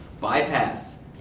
bypass